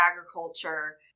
agriculture